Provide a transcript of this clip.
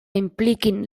impliquin